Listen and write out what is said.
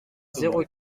zéro